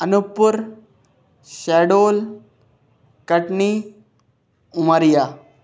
Anuppur Shahdol Katni Umaria